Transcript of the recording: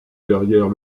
derrière